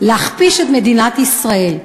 ולהכפיש את מדינת ישראל,